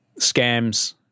scams